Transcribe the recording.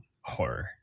Horror